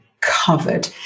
covered